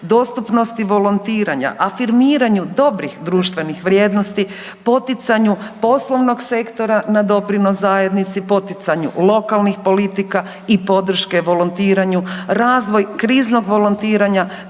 dostupnosti volontiranja, afirmiranju dobrih društvenih vrijednosti, poticanju poslovnog sektora na doprinos zajednici, poticanju lokalnih politika i podrške volontiranju, razvoj kriznog volontiranja